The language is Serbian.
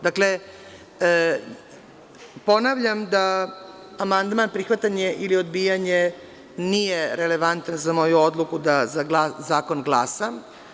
Dakle, ponavljam da amandman, prihvatanje ili odbijanje, nije relevantan za moju odluku da za zakon glasam.